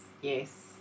Yes